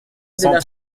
cent